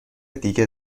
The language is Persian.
دیگه